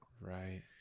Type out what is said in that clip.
Right